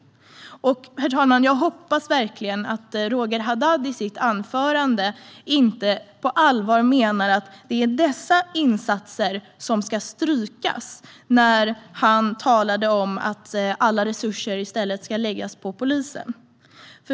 Jag hoppas verkligen, herr talman, att Roger Haddad inte på allvar menade att det är dessa insatser som ska strykas när han i sitt anförande talade om att alla resurser i stället ska läggas på polisen.